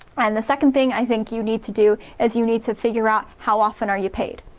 and the second thing i think you need to do is you need to figure out how often are you paid,